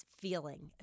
feeling